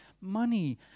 money